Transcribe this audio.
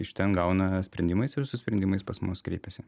iš ten gauna sprendimais ir su sprendimais pas mus kreipiasi